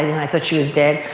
i thought she was dead.